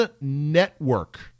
network